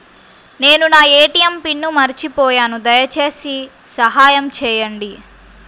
నేను నా ATM pin మర్చిపోయాను దయచేసి సహాయం చేయండి